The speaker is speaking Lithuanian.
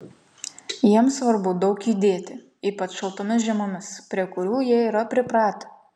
jiems svarbu daug judėti ypač šaltomis žiemomis prie kurių jie yra pripratę